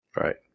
right